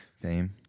Fame